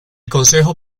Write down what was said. consejo